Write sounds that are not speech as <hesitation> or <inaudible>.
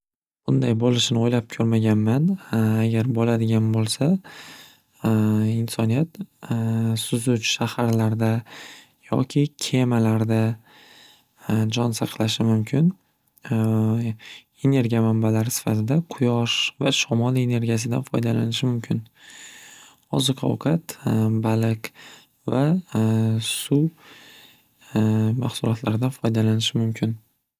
Bunday bo'lishini o'ylab ko'rmaganman. <hesitation> Agar bo'ladigan bo'lsa, <hesitation> insoniyat <hesitation> suzuvchi shaharlarda yoki kemalarda <hesitation> jon saqlashi mumkin. <hesitation> Energiya manbalari sifatida quyosh va shamol energiyasidan foydalanishi mumkin. Oziq ovqat <hesitation> baliq va <hesitation> suv <hesitation> mahsulotlaridan foydalanishi mumkin.